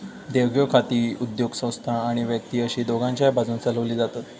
देवघेव खाती उद्योगसंस्था आणि व्यक्ती अशी दोघांच्याय बाजून चलवली जातत